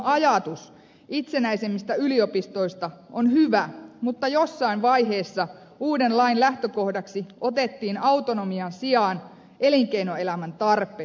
ajatus itsenäisemmistä yliopistoista on hyvä mutta jossain vaiheessa uuden lain lähtökohdaksi otettiin autonomian sijaan elinkeinoelämän tarpeet